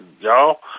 y'all